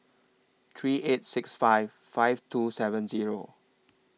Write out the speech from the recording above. three eight six five five two seven Zero